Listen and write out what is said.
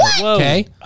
Okay